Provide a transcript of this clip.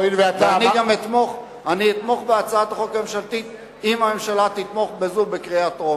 אני אתמוך בהצעת החוק הממשלתית אם הממשלה תתמוך בזו בקריאה טרומית.